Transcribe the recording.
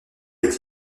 est